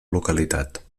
localitat